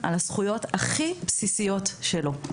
על הזכויות הכי בסיסיות שלו?